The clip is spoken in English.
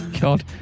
God